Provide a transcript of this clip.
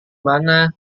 mana